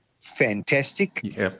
fantastic